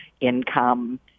income